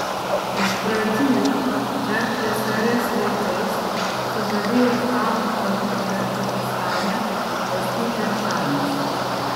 iš pradžių dar tsrs laikais sužavėjo fanų kalnai tadžikistane paskui tian šanis